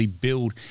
build